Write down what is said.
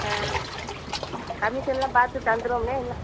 ஆ கமிஷன்லாம் பார்த்துத் தந்துடுவோம்ண்ணே என்ன